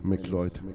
McLeod